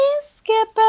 Skipper